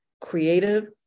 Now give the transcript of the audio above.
creative